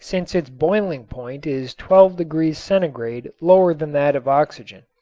since its boiling point is twelve degrees centigrade lower than that of oxygen.